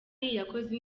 yakoze